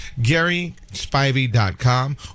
GarySpivey.com